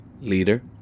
leader